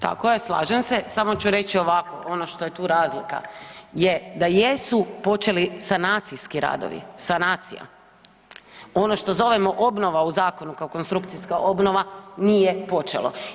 Tako je, slažem se, samo ću reći ovako ono što je tu razlika je da jesu počeli sanacijski radovi, sanacija, ono što zovemo obnova u zakonu kao konstrukcijska obnova nije počelo.